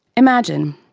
imagine,